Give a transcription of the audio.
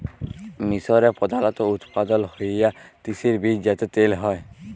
মিসরে প্রধালত উৎপাদল হ্য়ওয়া তিসির বীজ যাতে তেল হ্যয়